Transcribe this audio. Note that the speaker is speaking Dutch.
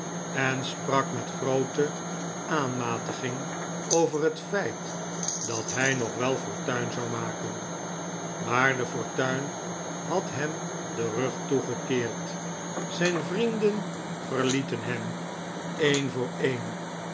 en sprak met groote aanmatiging over het feit dat hij nog wel fortuin zou maken maar de fortuin had hem den rug toegekeerd zijn vrienden verlieten hem een voor een